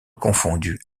confondu